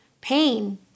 pain